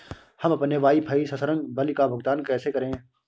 हम अपने वाईफाई संसर्ग बिल का भुगतान कैसे करें?